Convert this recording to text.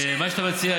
מה שאתה מציע,